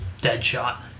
Deadshot